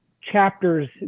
chapters